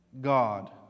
God